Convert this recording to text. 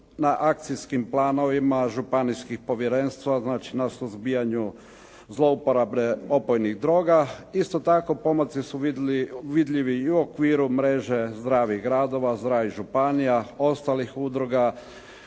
na akcijskim planovima županijskih povjerenstava, znači na suzbijanju zlouporabe opojnih droga. Isto tako pomaci su vidljivi i u okviru mreže zdravih gradova, zdravih županija, ostalih udruga,